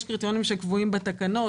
יש קריטריונים שקובעים בתקנות,